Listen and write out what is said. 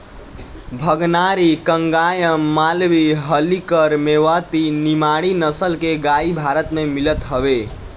भगनारी, कंगायम, मालवी, हल्लीकर, मेवाती, निमाड़ी नसल के गाई भारत में मिलत हवे